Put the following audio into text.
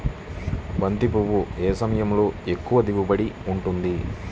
బంతి పువ్వు ఏ సమయంలో ఎక్కువ దిగుబడి ఉంటుంది?